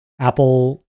Apple